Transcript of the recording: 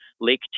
Lake